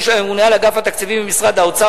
של הממונה על אגף התקציבים במשרד האוצר,